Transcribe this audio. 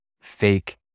fake